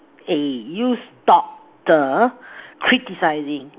eh you stop the criticizing